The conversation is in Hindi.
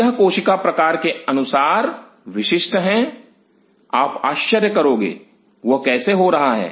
यह कोशिका प्रकार के अनुसार विशिष्ट हैं आप आश्चर्य करोगे वह कैसे हो रहा है